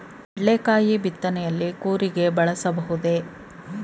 ಕಡ್ಲೆಕಾಯಿ ಬಿತ್ತನೆಯಲ್ಲಿ ಕೂರಿಗೆ ಬಳಸಬಹುದೇ?